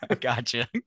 gotcha